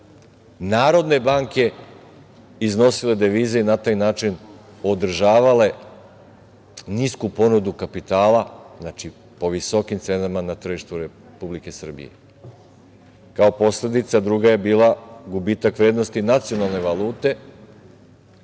Narodne banke iznosile devize i na taj način održavale nisku ponudu kapitala, znači, po visokim cenama na tržištu Republike Srbije. Kao posledica druga je bila gubitak vrednosti nacionalne valute.